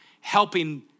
helping